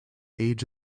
age